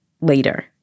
later